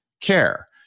care